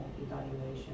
evaluation